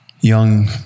young